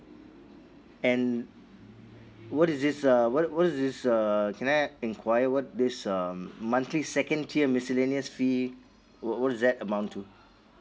and what is this uh what what is this err can I enquire what this um monthly second tier miscellaneous fee wh~ what is that amount to